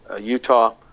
Utah